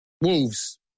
Wolves